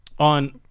On